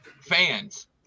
fans